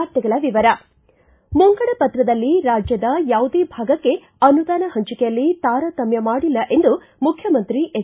ವಾರ್ತೆಗಳ ವಿವರ ಮುಂಗಡ ಪತ್ರದಲ್ಲಿ ರಾಜ್ಯದ ಯಾವುದೇ ಭಾಗಕ್ಕೆ ಅನುದಾನ ಪಂಚಿಕೆಯಲ್ಲಿ ತಾರತಮ್ಮ ಮಾಡಿಲ್ಲ ಎಂದು ಮುಖ್ಯಮಂತ್ರಿ ಎಚ್